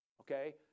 okay